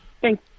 Thank